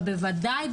אבל בוודאי,